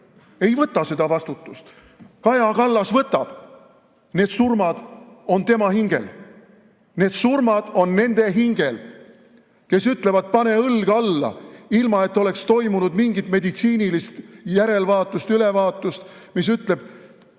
Ei võta seda vastutust! Kaja Kallas võtab, need surmad on tema hingel. Need surmad on nende hingel, kes ütlevad, pane õlg alla, ilma et oleks toimunud mingit meditsiinilist järelevaatust, ülevaatust, mis ütleb: